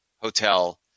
hotel